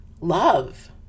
love